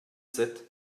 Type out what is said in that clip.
sept